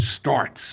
starts